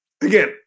again